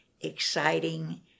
exciting